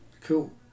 Cool